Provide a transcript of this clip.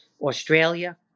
Australia